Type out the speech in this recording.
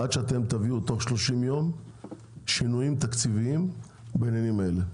עד שתביאו תוך שלושים יום שינויים תקציביים בעניינים האלה,